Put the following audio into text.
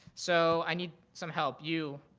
so, i need some help, you.